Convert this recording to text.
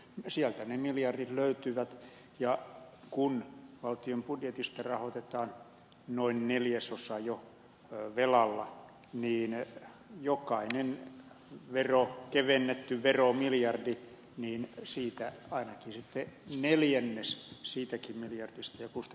sieltä ne miljardit löytyvät ja kun valtion budjetista rahoitetaan noin neljäsosa jo velalla niin jokaisesta kevennetystä veromiljardista ainakin sitten neljännes siitä kymmeniä pystypuusto